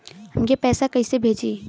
हमके पैसा कइसे भेजी?